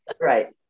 Right